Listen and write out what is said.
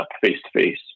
face-to-face